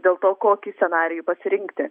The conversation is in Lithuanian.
dėl to kokį scenarijų pasirinkti